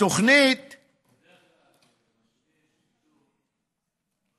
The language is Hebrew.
בדרך כלל,